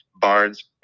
barnes